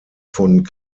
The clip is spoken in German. von